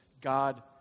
God